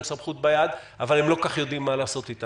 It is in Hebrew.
סמכות ביד אבל הם לא כל-כך יודעים מה לעשות אתה.